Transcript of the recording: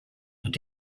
and